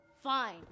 Fine